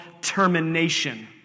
termination